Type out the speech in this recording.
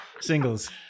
Singles